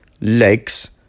legs